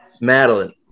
Madeline